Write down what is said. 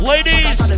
Ladies